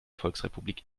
volksrepublik